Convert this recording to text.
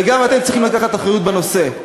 וגם אתם צריכים לקחת אחריות בנושא.